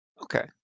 Okay